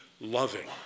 loving